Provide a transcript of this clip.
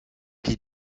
pie